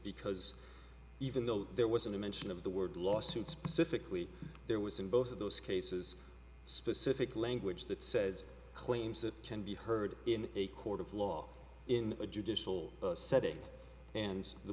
because even though there was a mention of the word lawsuit specifically there was in both of those cases specific language that says claims that can be heard in a court of law in a judicial setting and the